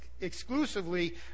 exclusively